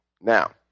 Now